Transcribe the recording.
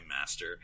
master